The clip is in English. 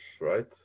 right